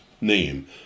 name